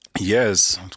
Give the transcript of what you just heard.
Yes